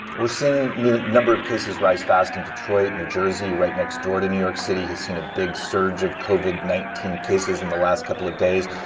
we're seeing number of cases rise fast in detroit. new jersey, right next-door to new york city, has seen a big surge of covid nineteen cases in the last couple of days.